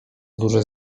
duże